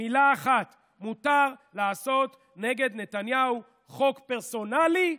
מילה אחת: מותר לעשות נגד נתניהו חוק פרסונלי,